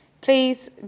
please